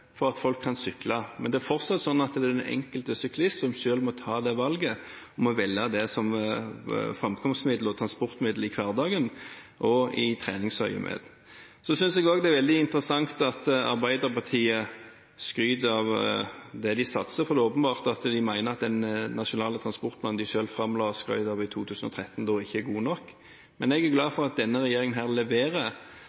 for at folk kan sykle. Det er fortsatt sånn at det er den enkelte syklist som selv må ta det valget og velge det som framkomstmiddel og transportmiddel i hverdagen og i treningsøyemed. Så synes jeg det er veldig interessant at Arbeiderpartiet skryter av det de satser, for det er åpenbart at de mener at den nasjonale transportplanen de selv la fram og skrøt av i 2013, ikke er god nok. Men jeg er glad for at denne regjeringen leverer